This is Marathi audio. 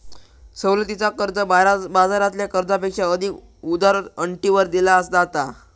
सवलतीचा कर्ज, बाजारातल्या कर्जापेक्षा अधिक उदार अटींवर दिला जाता